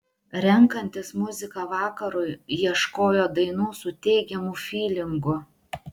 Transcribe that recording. renkantis muziką vakarui ieškojo dainų su teigiamu fylingu